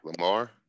Lamar